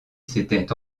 s’était